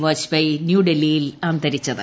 വാജ്പേയ് ന്യൂഡൽഹിയിൽ അന്തരിച്ചത്